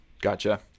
Gotcha